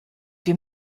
wir